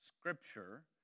Scripture